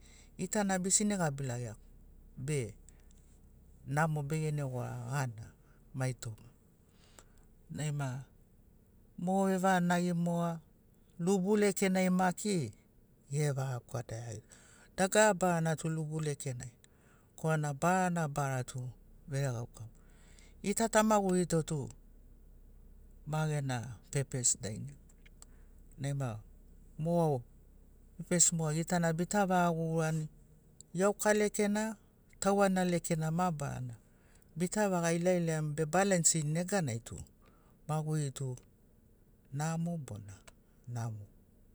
Gitana bisini gabilagea be namo begene gora gana mai toma nai ma mo vevaganagi moga lubu lekenai maki evaga goadagiagi dagara barana tu lubu lekenai korana barana bara tu veregauka mogo gita ta magurito tu ma gena pepes dainai nai ma mo pepes mo gitana bita vaga guguruani iauka lekena tauanira lekena mabarana bita vaga ilailaiani be balansini neganai tu maguri tu namo bona namo